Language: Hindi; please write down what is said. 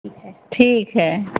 ठीक है ठीक है